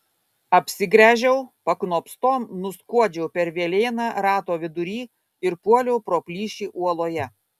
apsigręžiau paknopstom nuskuodžiau per velėną rato vidury ir puoliau pro plyšį uoloje